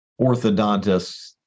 orthodontists